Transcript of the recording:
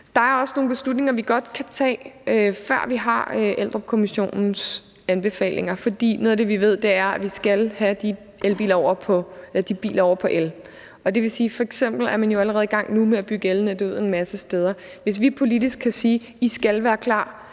Der er også nogle beslutninger, vi godt kan tage, før vi har Eldrupkommissionens anbefalinger, for noget af det, vi ved, er, at vi skal have de biler over på el. F.eks. er man allerede i gang nu med at bygge elnettet ud en masse steder, og hvis vi politisk kan sige, at de skal være klar